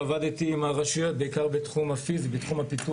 ועבדתי עם הרשויות בעיקר בתחום פיתוח